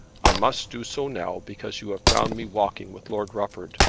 i must do so now because you have found me walking with lord rufford.